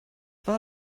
war